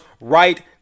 right